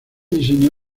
diseño